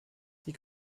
die